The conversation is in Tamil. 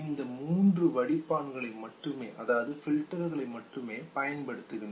இந்த மூன்று வடிப்பான்கள் மட்டுமே பயன்படுத்தப்படுகின்றன